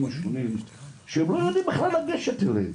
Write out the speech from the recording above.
השונים שהם לא שהם לא יודעים בכלל לגשת אליהם,